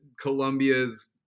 Colombia's